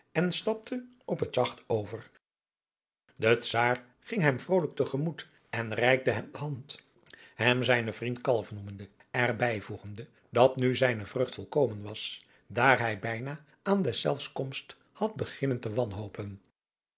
en stapte op het jagt over de czaar ging hem vrolijk te gemoet en reikte hem de hand hem zijnen vriend kalf noemende er bijvoegende dat nu zijne vreugd volkomen was daar hij bijna aan deszelfs komst had beginnen te wanhopen